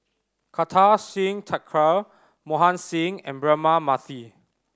Kartar Singh Thakral Mohan Singh and Braema Mathi